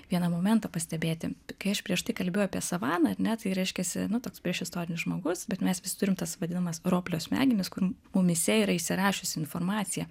vieną momentą pastebėti kai aš prieš tai kalbėjau apie savaną ar ne tai reiškiasi nu toks priešistorinis žmogus bet mes visi turim tas vadinamas roplio smegenis kur mumyse yra įsirašiusi informacija